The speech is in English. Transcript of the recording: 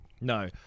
No